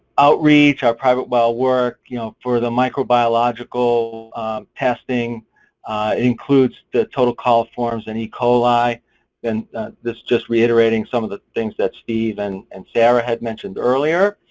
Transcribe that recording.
outreach, our private well work you know for the microbiological testing includes the total coliforms and e coli and this is just reiterating some of the things that steve and and sarah had mentioned earlier.